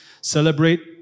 Celebrate